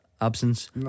absence